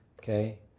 Okay